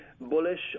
bullish